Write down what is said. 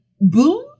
boom